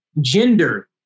Gender